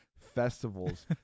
festivals